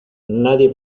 nadie